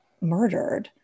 murdered